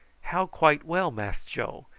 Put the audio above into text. how quite well, mass joe?